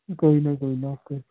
ਕੋਈ ਨਾ ਕੋਈ ਨਾ ਓਕੇ